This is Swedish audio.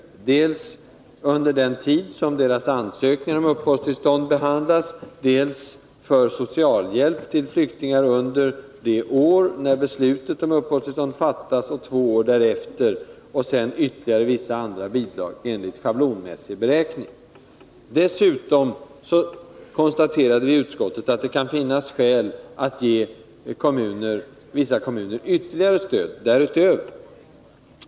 Bidrag utgår dels under den tid som flyktingarnas ansökningar om uppehållstillstånd behandlas, dels till socialhjälp åt flyktingar under det år då besluten om uppehållstillstånd fattas och två år därefter. Sedan utgår ytterligare vissa andra bidrag enligt schablonmässig beräkning. Dessutom konstaterade vi i utskottet att det kan finnas skäl att ge vissa kommuner ytterligare stöd därutöver.